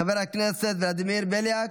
חברי הכנסת ולדימיר בליאק,